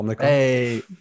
Hey